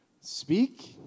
speak